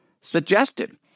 suggested